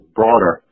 broader